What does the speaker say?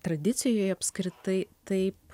tradicijoj apskritai taip